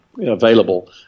available